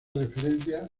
referencia